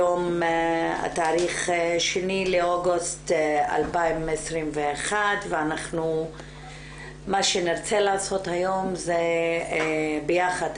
היום התאריך ה-2 באוגוסט 2021 ומה שנרצה לעשות היום זה ביחד,